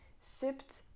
sipped